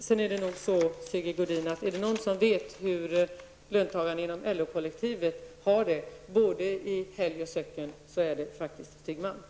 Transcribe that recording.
Sedan är det nog så, Sigge Godin, att är det någon som vet hur löntagarna inom LO-kollektivet har det i helg och söcken, är det faktiskt Stig Malm!